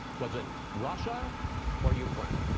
was it russia or ukraine?